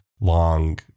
long